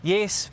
Yes